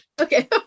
Okay